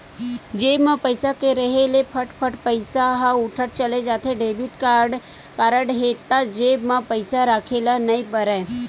जेब म पइसा के रेहे ले फट फट पइसा ह उठत चले जाथे, डेबिट कारड हे त जेब म पइसा राखे ल नइ परय